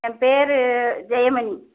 என் பேர் ஜெயமணி